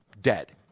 dead